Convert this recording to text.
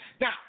Now